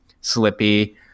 Slippy